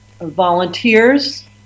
volunteers